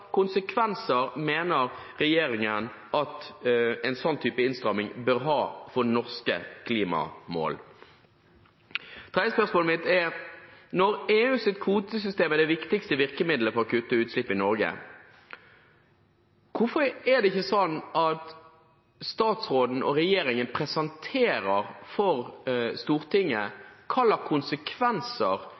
konsekvenser mener regjeringen at en slik type innstramming bør ha for norske klimamål? Det tredje spørsmålet mitt er: Når EUs kvotesystem er det viktigste virkemiddelet for å kutte utslipp i Norge, hvorfor er det ikke sånn at statsråden og regjeringen presenterer for Stortinget hvilke konsekvenser